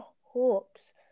Hawks